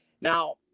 Now